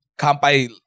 Kampai